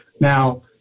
now